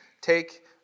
Take